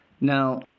Now